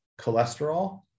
cholesterol